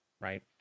Right